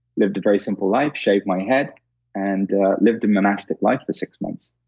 lived a very simple life. shaved my head and lived a monastic life for six months.